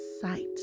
sight